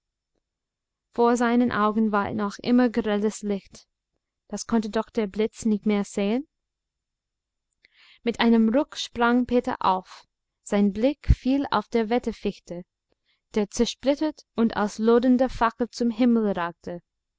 vor seinen augen war noch immer grelles licht das konnte doch der blitz nicht mehr sein mit einem ruck sprang peter auf sein blick fiel auf die wetterfichte die zersplittert und als lodernde fackel zum himmel ragte